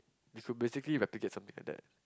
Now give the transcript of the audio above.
he could basically replicate something like that